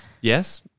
Yes